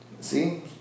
See